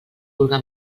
vulga